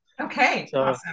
Okay